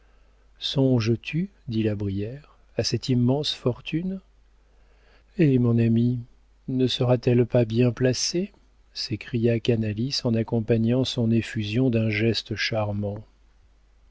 songes-tu dit la brière à cette immense fortune eh mon ami ne sera-t-elle pas bien placée s'écria canalis en accompagnant son effusion d'un geste charmant